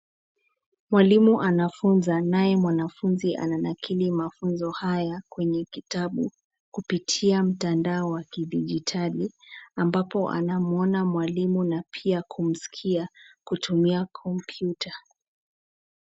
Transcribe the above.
Mwalimu anafunza naye mwanafunzi ananakili mafunzo haya kwenye kitabu kupitia mtandao wa kidijitali, ambapo anamuona mwalimu, na pia kumsikia kutumia kompyuta.